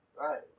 Right